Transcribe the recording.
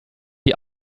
die